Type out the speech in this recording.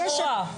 גם מורה.